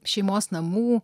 šeimos namų